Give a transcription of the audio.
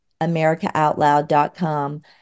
americaoutloud.com